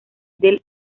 del